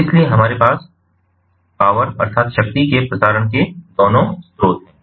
इसलिए हमारे पास शक्ति के प्रसारण के दोनों स्रोत हैं